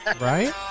Right